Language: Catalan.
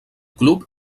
club